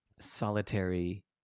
solitary